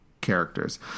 characters